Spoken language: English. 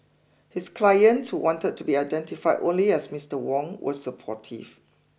his client who wanted to be identified only as Mister Wong was supportive